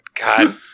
God